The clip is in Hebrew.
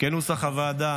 כנוסח הוועדה.